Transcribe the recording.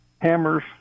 hammers